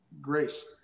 grace